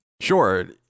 Sure